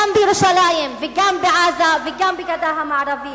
גם בירושלים וגם בעזה וגם בגדה המערבית.